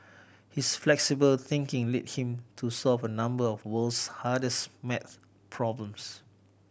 his flexible thinking led him to solve a number of world's hardest math problems